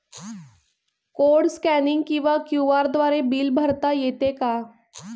Code scanning किंवा QR द्वारे bill भरता येते का?